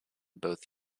both